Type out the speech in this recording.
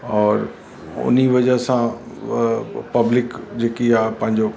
और उन वजह सां उहे पब्लिक जेकी आहे पंहिंजो